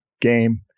game